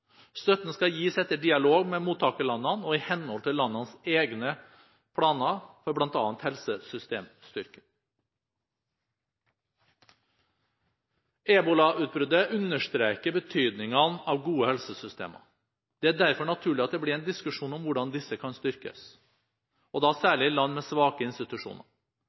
henhold til landenes egne planer for bl.a. helsesystemstyrking. Ebolautbruddet understreker betydningen av gode helsesystemer. Det er derfor naturlig at det blir en diskusjon om hvordan disse kan styrkes, og da særlig i land med svake institusjoner.